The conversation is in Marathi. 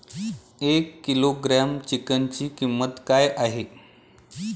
एक किलोग्रॅम चिकनची किंमत काय आहे?